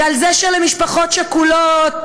ועל זה שלמשפחות שכולות,